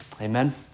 Amen